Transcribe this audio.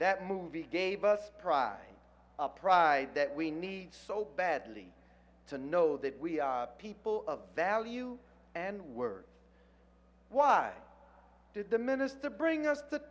that movie gave us pry a pride that we need so badly to know that we are a people of value and worth why did the minister bring us t